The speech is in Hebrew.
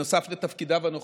נוסף על תפקידיו הנוכחיים,